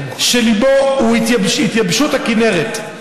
שליבו הוא התייבשות הכינרת,